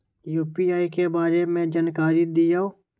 UPI के बारे में जानकारी दियौ?